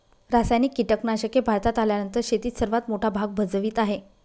रासायनिक कीटनाशके भारतात आल्यानंतर शेतीत मोठा भाग भजवीत आहे